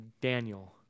Daniel